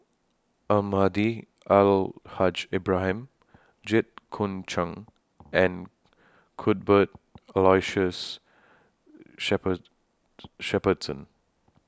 Almahdi Al Haj Ibrahim Jit Koon Ch'ng and Cuthbert Aloysius shopper Shepherdson